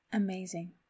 amazing